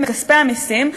את כספי המסים,